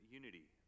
unity